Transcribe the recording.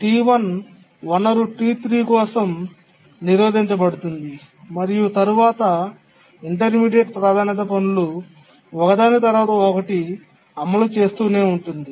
T1 వనరు T3 కోసం నిరోధించబడుతుంది మరియు తరువాత ఇంటర్మీడియట్ ప్రాధాన్యత పనులు లు ఒకదాని తరువాత ఒకటి అమలు చేస్తూనే ఉంటుంది